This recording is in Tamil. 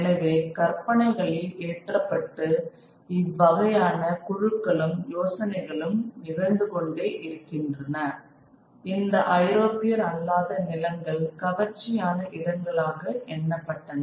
எனவே கற்பனைகளில் ஏற்றப்பட்டு இவ்வகையான குழுக்களும் யோசனைகளும் நிகழ்ந்துகொண்டே இருக்கின்றன இந்த ஐரோப்பியர் அல்லாத நிலங்கள் கவர்ச்சியான இடங்களாக எண்ணப்பட்டன